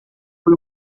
fui